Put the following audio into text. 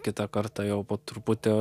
kitą kartą jau po truputį